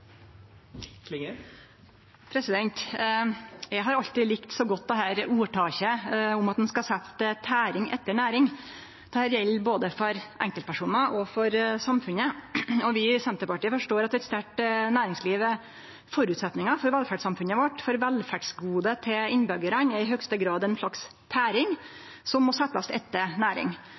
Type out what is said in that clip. ordtaket om at ein skal setje tæring etter næring. Dette gjeld både for enkeltpersonar og for samfunnet. Vi i Senterpartiet forstår at eit sterkt næringsliv er føresetnaden for velferdssamfunnet vårt, for velferdsgode til innbyggjarane er i høgste grad ei slags tæring – som må setjast etter næring.